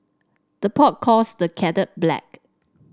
the pot calls the kettle black